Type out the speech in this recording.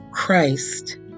Christ